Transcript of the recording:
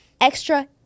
extra